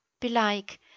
Belike